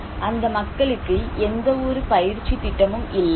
அந்த மக்களுக்கு எந்த ஒரு பயிற்சி திட்டமும் இல்லை